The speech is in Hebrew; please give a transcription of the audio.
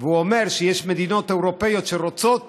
ואומר שיש מדינות אירופיות שרוצות